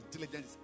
Diligence